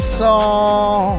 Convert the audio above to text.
song